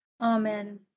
Amen